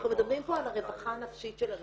אנחנו מדברים פה על הרווחה הנפשית של הנשים.